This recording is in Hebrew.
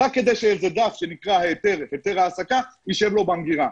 רק כדי שאיזה דף שנקרא היתר העסקה יישב לו במגירה.